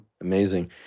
amazing